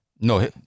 No